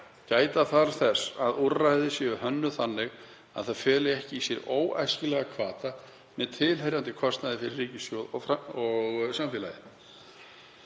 Gæta þarf þess að úrræði séu hönnuð þannig að þau feli ekki í sér óæskilega hvata með tilheyrandi kostnaði fyrir ríkissjóð og samfélagið.“